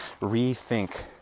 rethink